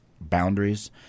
boundaries